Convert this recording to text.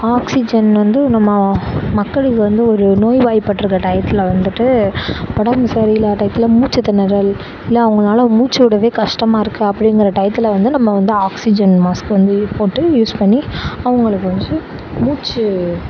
oxygen வந்து நம்ம மக்களுக்கு வந்து ஒரு நோய்வாய்பட்றுக்க டயத்தில் வந்துட்டு உடம்பு சரியில்லாத டயத்தில் மூச்சுத்திணறல் இல்லை அவங்களால மூச்சு விடவே கஷ்டமாக இருக்குது அப்படிங்குற டயத்தில் வந்து நம்ம வந்து ஆக்சிஜென் மாஸ்க் வந்து போட்டு யூஸ் பண்ணி அவங்களுக்கு வந்து மூச்சு